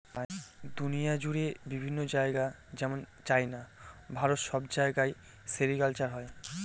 দুনিয়া জুড়ে বিভিন্ন জায়গায় যেমন চাইনা, ভারত সব জায়গায় সেরিকালচার হয়